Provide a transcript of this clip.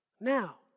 Now